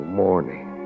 morning